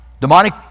demonic